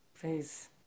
please